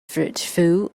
fruitful